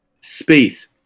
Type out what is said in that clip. Space